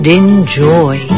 enjoy